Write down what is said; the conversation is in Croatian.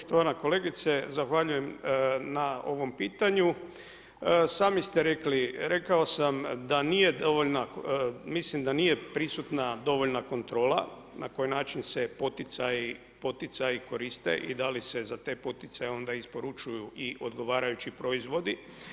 Poštovana kolegice zahvaljujem na ovom pitanju Sami ste rekli, rekao sam da nije dovoljna mislim da nije prisutna dovoljna kontrola na koji način se poticaji koriste i da li se za te poticaje onda isporučuju i odgovarajući proizvodi.